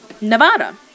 nevada